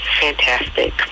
Fantastic